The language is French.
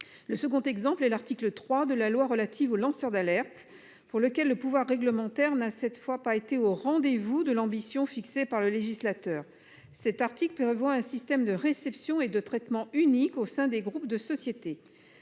Le second exemple, et l'article 3 de la loi relative aux lanceurs d'alerte pour lequel le pouvoir réglementaire n'a cette fois pas été au rendez-vous de l'ambition fixée par le législateur. Cet article prévoit un système de réception et de traitement unique au sein des groupes de société